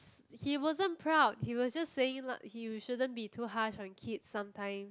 he wasn't proud he was just saying li~ you shouldn't be too harsh on kids sometime